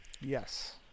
Yes